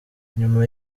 nyuma